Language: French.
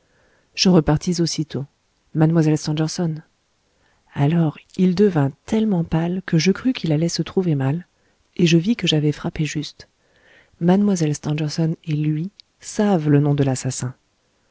je repartis aussitôt mlle stangerson alors il devint tellement pâle que je crus qu'il allait se trouver mal et je vis que j'avais frappé juste mlle stangerson et lui savent le nom de l'assassin